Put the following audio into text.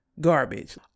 garbage